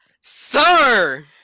sir